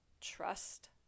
Trust